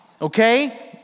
okay